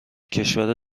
کشور